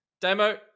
Demo